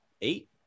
Eight